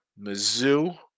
Mizzou